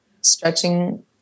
stretching